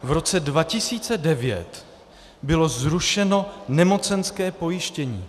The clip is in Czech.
V roce 2009 bylo zrušeno nemocenské pojištění.